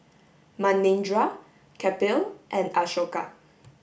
Manindra Kapil and Ashoka